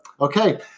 Okay